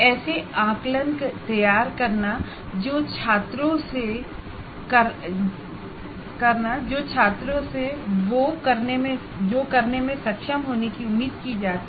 ऐसे आकलन तैयार करना जो छात्रों से जो करने में सक्षम होने की उम्मीद की जाती है